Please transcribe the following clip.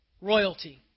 Royalty